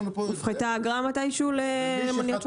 הופחתה אגרה מתישהו למוניות שירות?